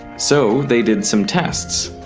so they did some tests.